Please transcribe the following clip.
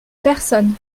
personne